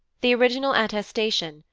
the original attestation,